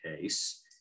case